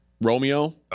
Romeo